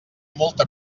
molta